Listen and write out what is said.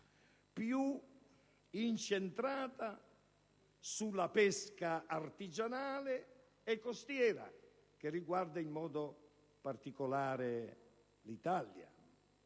più incentrata sulla pesca artigianale e costiera, che riguarda in modo particolare l'Italia.